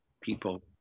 people